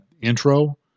intro